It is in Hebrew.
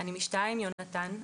אני משתהה עם יונתן,